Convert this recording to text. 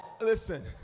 listen